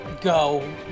go